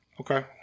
Okay